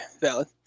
valid